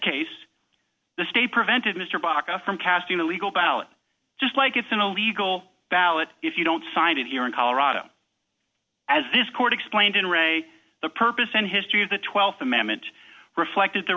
case the state prevented mr baka from casting the legal ballot just like it's an illegal ballot if you don't sign it here in colorado as this court explained in re the purpose and history of the th amendment reflected the